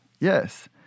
Yes